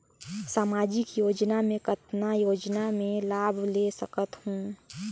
समाजिक योजना मे कतना योजना मे लाभ ले सकत हूं?